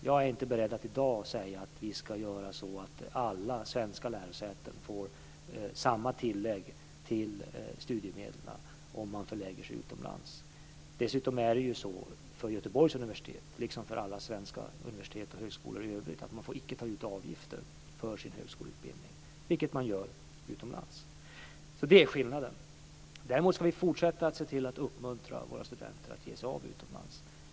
Jag är inte beredd att i dag säga att vi ska göra så att alla svenska lärosäten får samma tillägg till studiemedlen om man förlägger verksamhet utomlands. Dessutom är det ju så för Göteborgs universitet, liksom för alla svenska universitet och högskolor för övrigt, att man icke får ta ut avgifter för sin högskoleutbildning, vilket man gör utomlands. Det är alltså skillnaden. Däremot ska vi fortsätta se till att uppmuntra våra studenter att ge sig av utomlands.